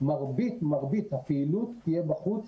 מרבית הפעילות תהיה בחוץ,